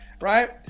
right